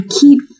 keep